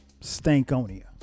Stankonia